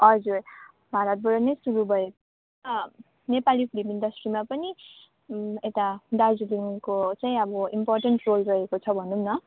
हजुर भारतबाट नै सुरु भएर नेपाली फिल्म इन्डस्ट्रीमा पनि यता दार्जिलिङको चाहिँ अब इम्पोर्टेन्ट रोल रहेको छ भनौँ न